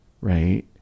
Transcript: right